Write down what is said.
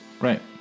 right